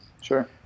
Sure